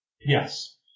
Yes